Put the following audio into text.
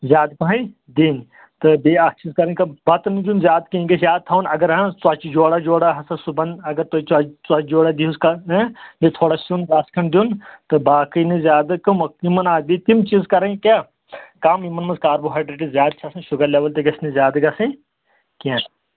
زیادٕ پَہَنم دِنۍ تہٕ بیٚیہِ اَکھ چیٖز کَرٕنۍ کٲم بَتہٕ نہٕ دُٚن زیادٕ کینٛہہ یہِ گژھِ یاد تھَاوُن اگر حظ ژۄچہِ جورا جورا ہَسا صُبحن اگر تُہۍ ژۄچہِ جورا دیٖہُس کالہٕ نا بیٚیہِ تھوڑا سیُٚن رَژھ کھَنٛڈ دیُٚن تہٕ باقٕے نہٕ زیادٕ کٕمہٕ یِمَن ہا گژھِ تِم چیٖز کَرٕنۍ کیٛاہ کِم یِمَن منٛز کاربوہایڈرٛیٹٕز زیادٕ چھِ آسان شُگر لیوٕل تہِ گژھِ نہٕ زیادٕ گژھٕںۍ کینٛہہ